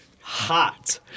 Hot